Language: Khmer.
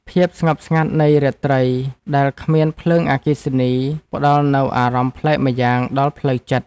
ភាពស្ងប់ស្ងាត់នៃរាត្រីដែលគ្មានភ្លើងអគ្គិសនី ផ្តល់នូវអារម្មណ៍ប្លែកម្យ៉ាងដល់ផ្លូវចិត្ត។